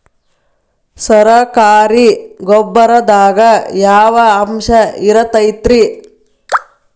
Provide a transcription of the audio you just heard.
ಸರಕಾರಿ ಗೊಬ್ಬರದಾಗ ಯಾವ ಅಂಶ ಇರತೈತ್ರಿ?